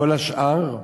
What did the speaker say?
וכל השאר,